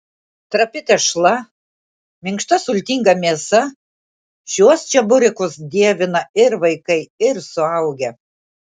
trapi tešla minkšta sultinga mėsa šiuos čeburekus dievina ir vaikai ir suaugę